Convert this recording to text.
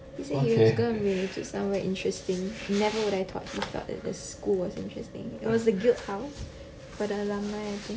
he said he was going to bring me to somewhere interesting never would I thought he thought that school was interesting it was a guild house for the alumni I think